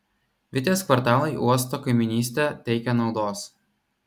vitės kvartalui uosto kaimynystė teikia naudos